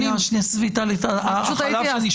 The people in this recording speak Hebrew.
שנייה, טלי, עזבי, החלב שנשפך כבר נשפך.